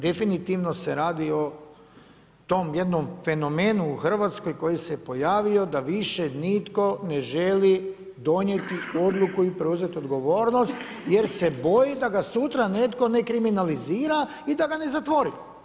Definitivno se radi o tom jednom fenomenu u Hrvatskoj koji se pojavio da više nitko ne želi donijeti odluku i preuzeti odgovornost jer se boji da ga sutra netko ne kriminalizira i da ga ne zatvori.